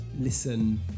listen